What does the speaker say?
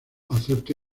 acepta